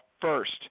first